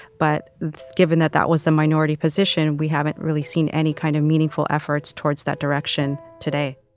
but given that that was the minority position, we haven't really seen any kind of meaningful efforts towards that direction today